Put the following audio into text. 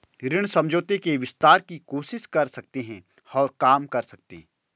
ऋण समझौते के विस्तार की कोशिश कर सकते हैं और काम कर सकते हैं